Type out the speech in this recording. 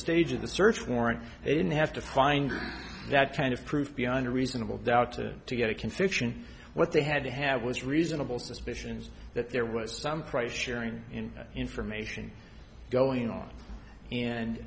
the search warrant they didn't have to find that kind of proof beyond a reasonable doubt to to get a conviction what they had to have was reasonable suspicions that there was some price sharing in that information going on and